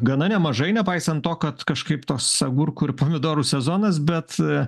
gana nemažai nepaisant to kad kažkaip toks agurkų ir pomidorų sezonas bet